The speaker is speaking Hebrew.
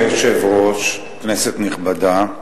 אדוני היושב-ראש, כנסת נכבדה,